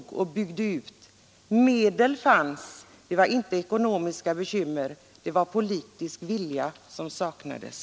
Det var inte medel utan politisk vilja som saknades.